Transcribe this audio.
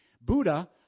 Buddha